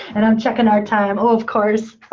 and i'm checking our time. oh, of course.